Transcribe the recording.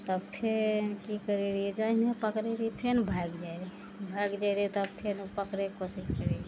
तब फेर की करै रहियै जहिने पकड़ै रहियै फेर भागि जाइ रहै भागि जाइ रहै तब फेर ओ पकड़ैके कोशिश करै रहियै